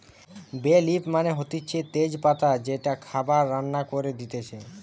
বে লিফ মানে হতিছে তেজ পাতা যেইটা খাবার রান্না করে দিতেছে